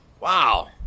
Wow